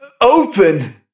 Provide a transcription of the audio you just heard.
Open